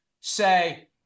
say